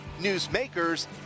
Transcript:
newsmakers